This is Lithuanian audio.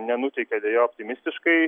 nenuteikia deja optimistiškai